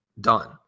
done